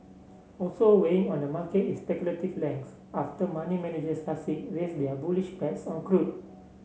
also weighing on the market is speculative length after money managers raise their bullish bets on crude